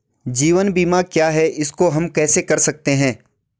जीवन बीमा क्या है इसको हम कैसे कर सकते हैं?